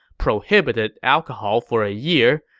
prohibited alcohol for a year,